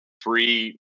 free